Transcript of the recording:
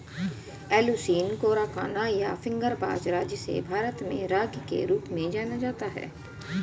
Eleusine coracana, या finger बाजरा, जिसे भारत में रागी के रूप में जाना जाता है